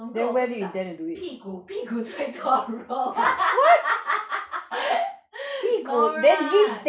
总之我不会去打屁股屁股最痛的 no lah